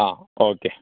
ആ ഓക്കെ